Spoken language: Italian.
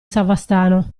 savastano